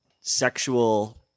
sexual